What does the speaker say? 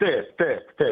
taip taip taip